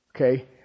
Okay